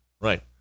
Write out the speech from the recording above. right